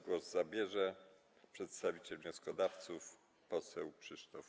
Głos zabierze przedstawiciel wnioskodawców poseł Krzysztof Kubów.